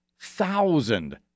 thousand